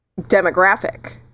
demographic